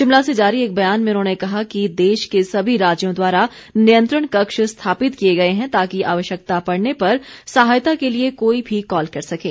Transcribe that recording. शिमला से जारी एक बयान में उन्होंने कहा कि देश के सभी राज्यों द्वारा नियंत्रण कक्ष स्थापित किए गए हैं ताकि आवश्यकता पड़ने पर सहायता के लिए कोई भी कॉल कर सकें